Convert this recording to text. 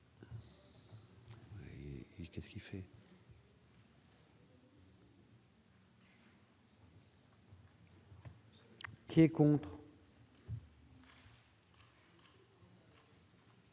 Qui est contre